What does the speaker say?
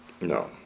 No